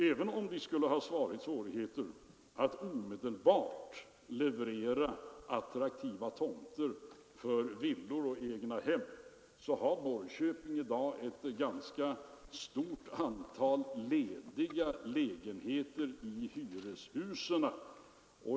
Även om man där skulle ha svårigheter att omedelbart leverera attraktiva tomter för villor och egna hem, har Norrköping i dag ett ganska stort antal lediga lägenheter i hyreshus.